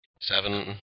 Seven